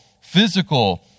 physical